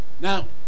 Now